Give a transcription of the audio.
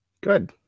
Good